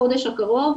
בחודש הקרוב,